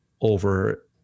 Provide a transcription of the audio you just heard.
over